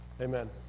Amen